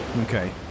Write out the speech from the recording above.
Okay